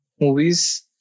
movies